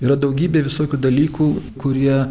yra daugybė visokių dalykų kurie